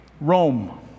Rome